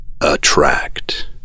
Attract